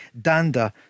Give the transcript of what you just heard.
Danda